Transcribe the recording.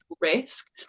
risk